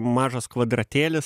mažas kvadratėlis